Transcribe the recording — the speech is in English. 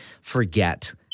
forget